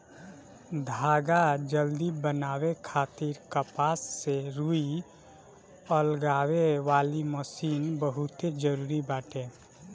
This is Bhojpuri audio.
धागा जल्दी बनावे खातिर कपास से रुई अलगावे वाली मशीन बहुते जरूरी बाटे